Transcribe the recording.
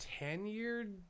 tenured